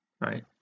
Right